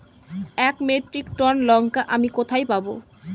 এক metric ton লঙ্কা আমি কোথায় পাবো?